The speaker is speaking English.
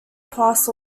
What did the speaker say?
plus